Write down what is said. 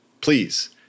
please